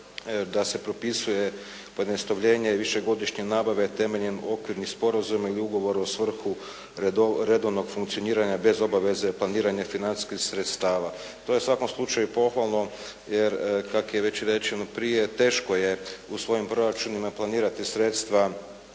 da se propisuje pojednostavljenje višegodišnje nabave temeljem okvirnih sporazuma ili ugovora u svrhu redovnog funkcioniranja bez obaveze planiranja financijskih sredstava. To je u svakom slučaju pohvalno jer kako je već rečeno prije teško je u svojim proračunima planirati sredstva